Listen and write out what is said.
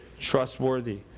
trustworthy